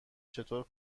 چطور